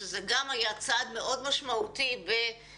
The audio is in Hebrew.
שגם זה היה צעד מאוד משמעותי בהכרזה